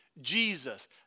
Jesus